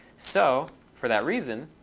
so for that reason,